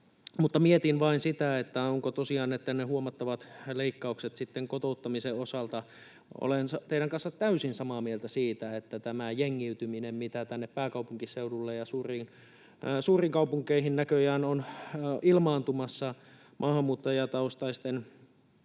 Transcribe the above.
mietin vain tosiaan niitä huomattavia leikkauksia kotouttamisen osalta. Olen teidän kanssa täysin samaa mieltä siitä, että tässä jengiytymisessä, mitä tänne pääkaupunkiseudulle ja suuriin kaupunkeihin näköjään on ilmaantumassa maahanmuuttajataustaisten henkilöitten